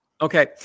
Okay